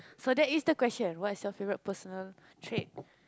so that is the question what is your favorite personal trait